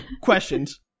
Questions